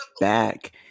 back